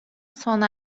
sona